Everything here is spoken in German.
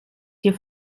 hier